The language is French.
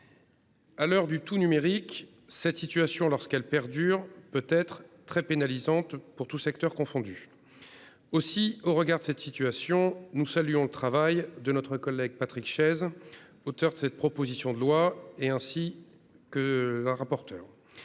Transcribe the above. À l'heure du tout-numérique, cette situation, lorsqu'elle perdure, peut être très pénalisante tous secteurs confondus. Aussi, au regard de cette situation, nous saluons le travail de notre collègue Patrick Chaize, auteur de cette proposition de loi, ainsi que celui de la rapporteure.